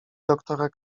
doktora